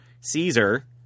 Caesar